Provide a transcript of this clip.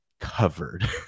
covered